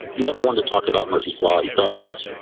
you ever want to talk about murphy's law? he thought it was.